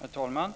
Herr talman!